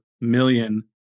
million